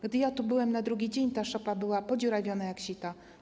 Gdy ja tu byłem na drugi dzień, ta szopa była podziurawiona jak sito.